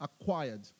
acquired